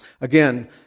Again